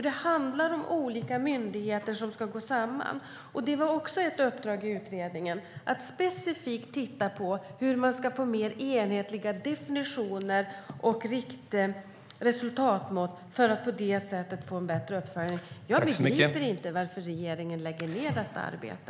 Det handlar om olika myndigheter som ska gå samman. Det var också ett uppdrag till utredningen, att specifikt titta på hur man ska få mer enhetliga definitioner och resultatmål för att på det sättet få en bättre uppföljning. Jag begriper inte varför regeringen lägger ned detta arbete.